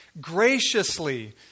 graciously